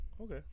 Okay